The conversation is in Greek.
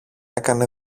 έκανε